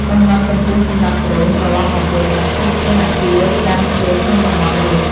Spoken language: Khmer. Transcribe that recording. កំណត់កម្ពស់សម្រាប់ដ្រូនត្រលប់មកវិញ ឱ្យខ្ពស់ជាងអាគារ ឬដើមឈើក្នុងតំបន់នោះ។